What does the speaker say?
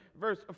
verse